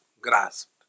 grasped